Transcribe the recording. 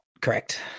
correct